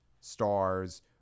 stars